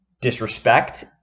disrespect